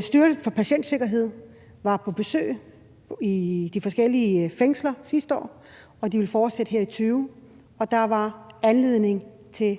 Styrelsen for Patientsikkerhed var på besøg i de forskellige fængsler sidste år, og de vil fortsætte her i 2020, og der var anledning til